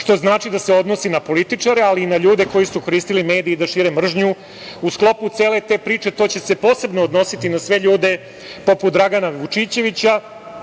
što znači da se odnosi na političare, ali i na ljude koji su koristile medije da šire mržnju. U sklopu cele te priče, to će se posebno odnositi na sve ljude poput Dragana Vučičevića.